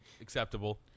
acceptable